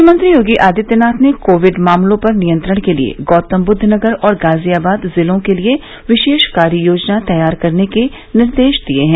मुख्यमंत्री योगी आदित्यनाथ ने कोविड मामलों पर नियंत्रण के लिए गौतमबुद्वनगर और गाजियाबाद जिलों के लिए विशेष कार्य योजना तैयार करने के निर्देश दिए हैं